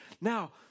Now